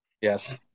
Yes